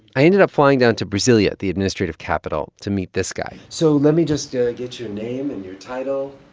i ended up flying down to brasilia, the administrative capital, to meet this guy so let me just ah get your name and your title